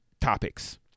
topics